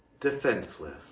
defenseless